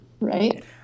Right